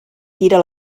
tira